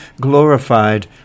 glorified